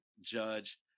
judge